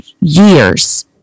years